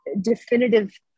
definitive